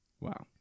Wow